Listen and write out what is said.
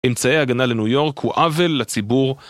אמצעי הגנה לניו יורק הוא עוול לציבור.